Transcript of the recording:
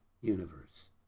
universe